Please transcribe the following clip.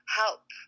help